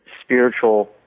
spiritual